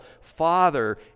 Father